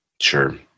Sure